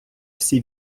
всі